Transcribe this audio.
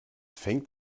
fängt